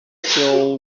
still